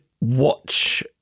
watch